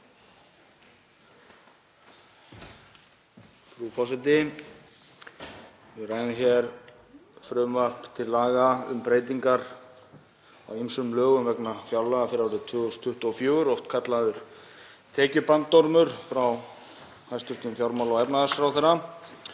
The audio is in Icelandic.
Við ræðum hér frumvarp til laga um breytingu á ýmsum lögum vegna fjárlaga fyrir árið 2024, oft kallaður tekjubandormur, frá hæstv. fjármála- og efnahagsráðherra.